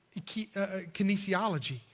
kinesiology